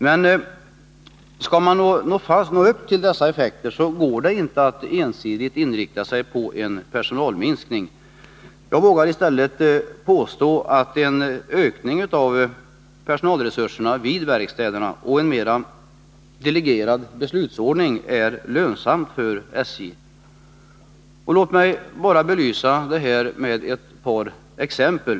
Men skall man nå upp till dessa effekter går det inte att ensidigt inrikta sig på en personalminskning. Jag vågar i stället påstå att en ökning av personalresurserna vid verkstäderna och en mer delegerad beslutsordning är lönsamma för SJ. Låt mig belysa detta med ett par exempel.